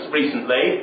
recently